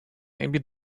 maybe